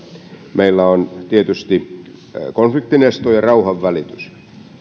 meillä on tietysti konfliktin esto ja rauhanvälitys niin